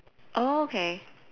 oh K